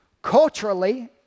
Culturally